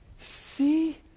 See